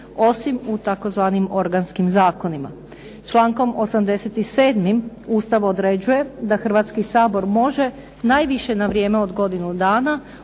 osim u tzv. organskim zakonima. Člankom 87. Ustav određuje da Hrvatski sabor može najviše na vrijeme od godinu dana,